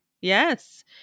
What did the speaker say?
Yes